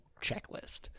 checklist